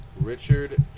Richard